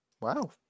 Wow